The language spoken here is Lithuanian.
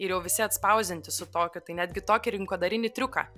ir jau visi atspausdinti su tokiu tai netgi tokį rinkodarinį triuką